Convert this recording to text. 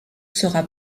sera